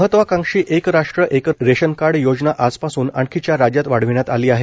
महत्वाकांक्षी एक राष्ट्र एक रेशन कार्ड योजना आजपासून आणखी चार राज्यांत वाढविण्यात आली आहे